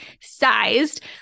sized